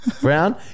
Brown